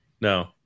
No